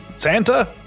Santa